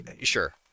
Sure